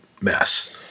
mess